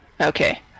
okay